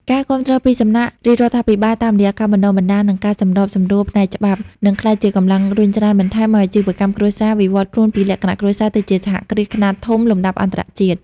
ការគាំទ្រពីសំណាក់រាជរដ្ឋាភិបាលតាមរយៈការបណ្ដុះបណ្ដាល និងការសម្របសម្រួលផ្នែកច្បាប់ នឹងក្លាយជាកម្លាំងរុញច្រានបន្ថែមឱ្យអាជីវកម្មគ្រួសារវិវត្តខ្លួនពីលក្ខណៈគ្រួសារទៅជាសហគ្រាសខ្នាតធំលំដាប់អន្តរជាតិ។